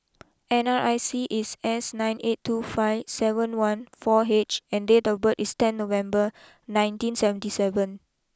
N R I C is S nine eight two five seven one four H and date of birth is ten November nineteen seventy seven